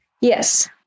Yes